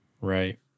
Right